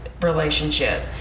relationship